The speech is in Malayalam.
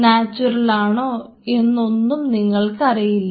നാച്ചുറൽ ആണോ എന്നൊന്നും നിങ്ങൾക്കറിയില്ല